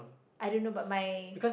I don't know but my